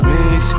Mix